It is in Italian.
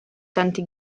tanti